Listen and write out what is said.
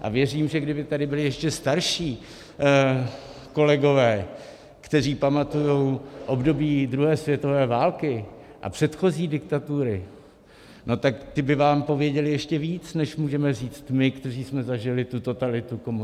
A věřím, že kdyby tady byli ještě starší kolegové, kteří pamatují období druhé světové války a předchozí diktatury, tak ti by vám pověděli ještě víc, než můžeme říct my, kteří jsme zažili tu totalitu komunismu.